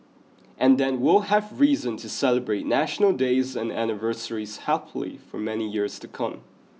and then we'll have reason to celebrate National Days and anniversaries happily for many years to come